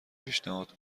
پیشنهاد